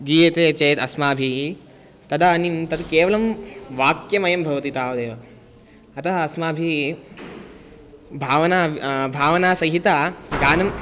गीयते चेत् अस्माभिः तदानीं तत् केवलं वाक्यमयं भवति तावदेव अतः अस्माभिः भावना भावनासहितं गानं